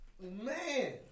Man